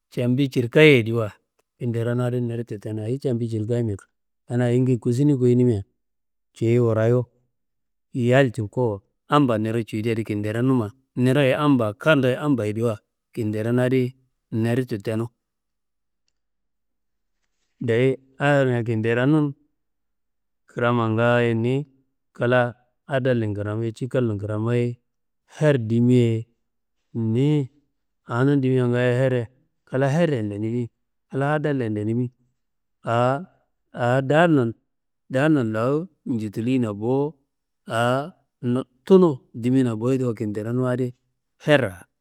Cambi cirkayiyediwa, kinderom adi neditu tenu, ayi cambi cirkayimea kanaa ayingiye kusini kuyinimia ciyu wurayu yal cuko amba niro cudi adi kinderonuma niro ammbayediwa kamroye ambayediwa, kinderon adi neditu tenu. Dayi ahirnga kinderonun krama ngaayo ni kla adalle n kramo ye cikalle n kramo ye her dimi ye niyi awo dimia ngaayo her- ye, kla herreyen lenimi̧, kla adalleyen lenimi awo daalun lawu njutillina bo awo tunu dimina boyediwa kinderonuma adi herra